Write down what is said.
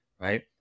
Right